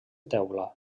teula